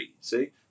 See